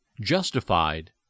justified